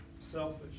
selfish